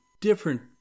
different